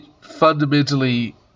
fundamentally